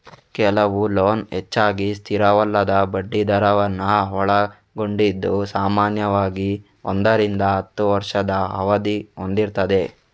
ಕೆಲವು ಲೋನ್ ಹೆಚ್ಚಾಗಿ ಸ್ಥಿರವಲ್ಲದ ಬಡ್ಡಿ ದರವನ್ನ ಒಳಗೊಂಡಿದ್ದು ಸಾಮಾನ್ಯವಾಗಿ ಒಂದರಿಂದ ಹತ್ತು ವರ್ಷದ ಅವಧಿ ಹೊಂದಿರ್ತದೆ